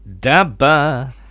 Dabba